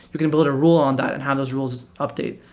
you can build a rule on that and have those rules update.